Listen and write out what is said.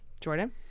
Jordan